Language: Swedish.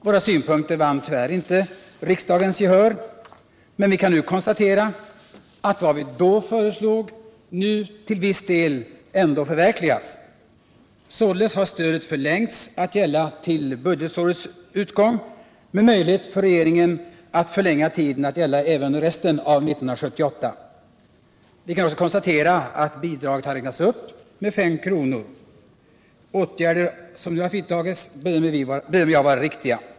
Våra synpunkter vann tyvärr inte riksdagens gehör, men vi kan konstatera att vad vi då föreslog till viss del ändå förverkligas nu. Således har stödet förlängts att gälla till budgetårets utgång med möjlighet för regeringen att förlänga tiden så att stödet gäller även under resten av 1978. Vi kan också konstatera att bidraget räknats upp med 5 kr. De åtgärder som vidtagits bedömer jag vara riktiga.